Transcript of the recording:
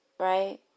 Right